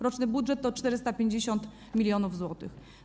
Roczny budżet to 450 mln zł.